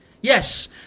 Yes